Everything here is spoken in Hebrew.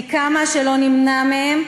כי כמה שלא נמנע מהם,